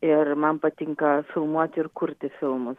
ir man patinka filmuoti ir kurti filmu